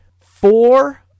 four